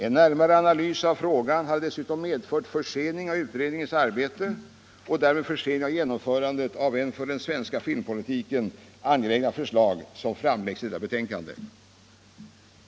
En närmare analys av frågan hade dessutom medfört försening av utredningens arbete och därmed försening av genomförandet av de för den svenska filmpolitiken angelägna förslag som framläggs i detta betänkande.